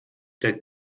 der